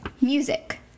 Music